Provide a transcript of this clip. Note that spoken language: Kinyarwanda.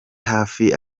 hafi